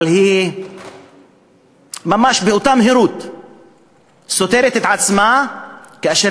אבל היא ממש באותה מהירות סותרת את עצמה כאשר